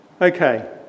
Okay